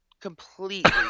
completely